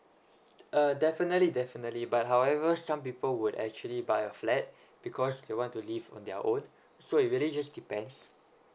uh definitely definitely but however some people would actually buy a flat because they want to live on their own so it really just depends